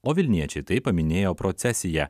o vilniečiai taip paminėjo procesiją